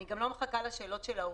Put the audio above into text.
אני גם לא מחכה לשאלות של ההורים.